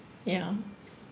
ya